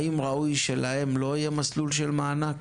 האם ראוי שלהם לא יהיה מסלול של מענק